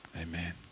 Amen